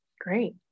Great